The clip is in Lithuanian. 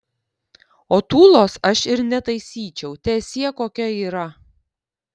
o tūlos aš ir netaisyčiau teesie kokia yra